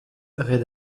red